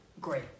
great